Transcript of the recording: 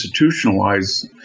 institutionalize